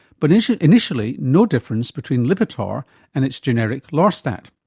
but initially initially no difference between lipitor and its generic lorstat.